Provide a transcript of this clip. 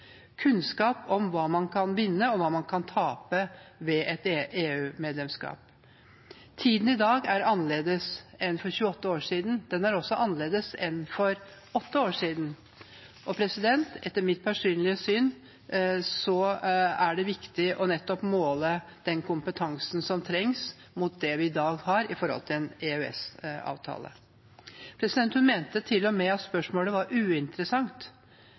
kunnskap om hva man kan vinne og hva man kan tape ved et EU-medlemskap. Tiden i dag er annerledes enn for 28 år siden. Den er også annerledes enn for åtte år siden. Etter mitt personlige syn er det viktig nettopp å måle den kompetansen som trengs mot det vi i dag har gjennom EØS-avtalen. Statsråden mente til og med at spørsmålet var uinteressant.